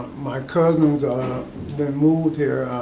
my cousins been moved here,